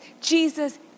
Jesus